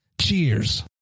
Cheers